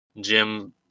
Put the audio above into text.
Jim